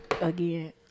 Again